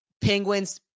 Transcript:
penguins